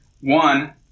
One